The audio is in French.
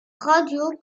radio